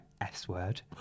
S-word